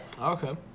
Okay